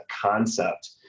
concept